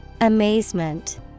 Amazement